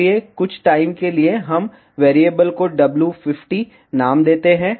इसलिए कुछ टाइम के लिए हम वैरिएबल को w50 नाम देते हैं